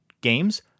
games